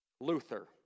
Luther